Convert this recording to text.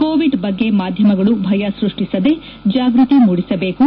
Covid ಬಗ್ಗೆ ಮಾಧ್ಯಮಗಳು ಭಯ ಸೃಷ್ಟಿಸದೇ ಜಾಗೃತಿ ಮೂಡಿಸಬೇಕು